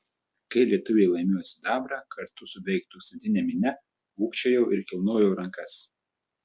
kai lietuviai laimėjo sidabrą kartu su beveik tūkstantine minia ūkčiojau ir kilnojau rankas